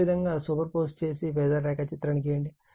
కాబట్టి అదేవిధంగా సూపర్పోజ్ చేసి ఫేజార్ రేఖాచిత్రాన్ని గీయండి